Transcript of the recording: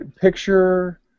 picture